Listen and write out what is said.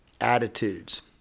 attitudes